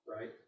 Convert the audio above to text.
right